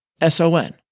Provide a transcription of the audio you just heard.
S-O-N